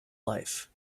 life